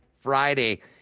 Friday